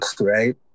right